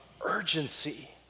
urgency